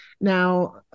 now